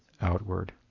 outward